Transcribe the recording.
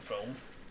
Films